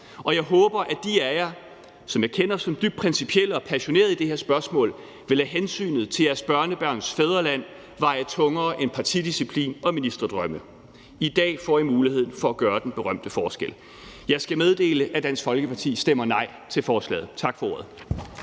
og jeg håber, at de af jer, som jeg kender som dybt principielle og passionerede i det her spørgsmål, vil lade hensynet til jeres børnebørns fædreland veje tungere end partidisciplin og ministerdrømme. I dag får I muligheden for at gøre den berømte forskel. Jeg skal meddele, at Dansk Folkeparti stemmer nej til forslaget. Tak for ordet.